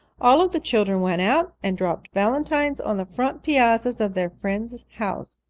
all of the children went out and dropped valentines on the front piazzas of their friends' houses.